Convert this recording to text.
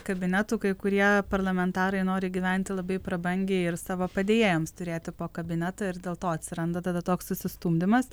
kabinetų kai kurie parlamentarai nori gyventi labai prabangiai ir savo padėjėjams turėti po kabinetą ir dėl to atsiranda tada toks susistumdymas